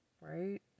Right